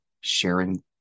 sharing